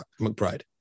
McBride